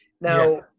Now